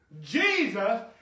Jesus